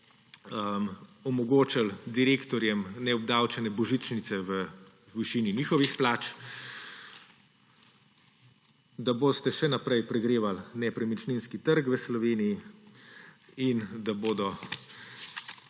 omogočili direktorjem neobdavčene božičnice v višini njihovih plač, da boste še naprej pregrevali nepremičninski trg v Sloveniji in da bodo